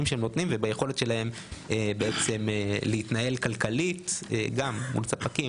שהם נותנים; וביכולת שלהם להתנהל כלכלית גם מול ספקים,